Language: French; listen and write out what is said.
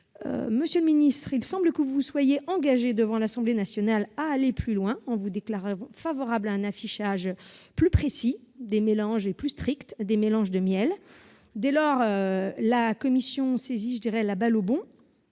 Monsieur le ministre, il semble que vous vous soyez engagé devant l'Assemblée nationale à aller plus loin, en vous déclarant favorable à un affichage plus précis et plus strict des mélanges de miels. Dès lors, la commission saisit la balle au bond